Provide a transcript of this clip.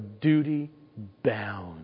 duty-bound